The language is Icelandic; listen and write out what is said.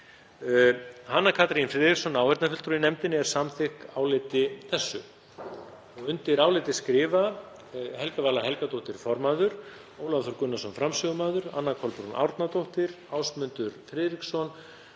Hanna Katrín Friðriksson, áheyrnarfulltrúi í nefndinni, er samþykk áliti þessu. Undir álitið skrifa hv. þingmenn Helga Vala Helgadóttir formaður, Ólafur Þór Gunnarsson framsögumaður, Anna Kolbrún Árnadóttir, Ásmundur Friðriksson,